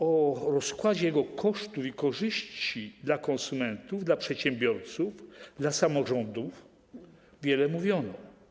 O rozkładzie jego kosztów i korzyści dla konsumentów, dla przedsiębiorców, dla samorządów wiele mówiono.